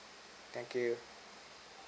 thank you